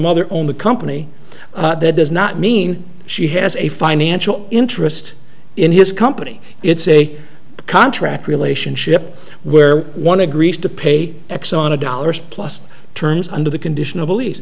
mother owned the company that does not mean she has a financial interest in his company it's a contract relationship where one agrees to pay x on a dollars plus terms under the condition of